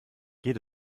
geht